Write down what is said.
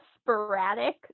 sporadic